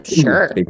sure